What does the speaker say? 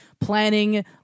planning –